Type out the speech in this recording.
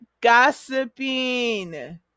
gossiping